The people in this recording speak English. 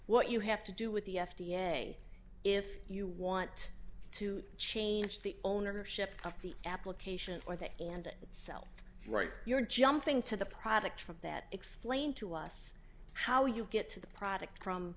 what you have to do with the f d a if you want to change the ownership of the application for that and it sells right you're jumping to the product from that explain to us how you get to the product from